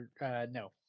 No